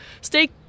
stay